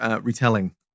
retelling